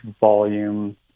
volume